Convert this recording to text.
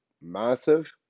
massive